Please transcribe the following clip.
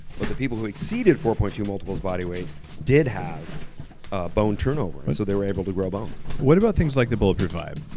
but the people who exceeded four point two multiples body weight did have ah bone turnover, so they were able to grow bone. what about things like the bulletproof vibe?